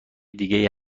دیگه